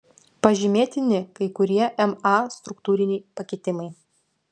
pažymėtini kai kurie ma struktūriniai pakitimai